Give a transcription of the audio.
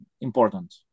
important